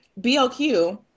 BLQ